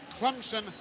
Clemson